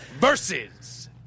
versus